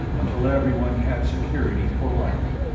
until everyone had security for life.